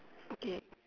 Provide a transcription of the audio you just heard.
okay